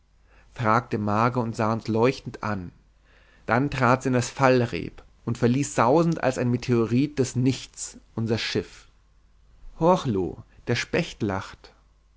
fragte marga und sah uns leuchtend an dann trat sie an das fallreep und verließ sausend als ein meteorit des nichts unser schiff horch loo der specht lacht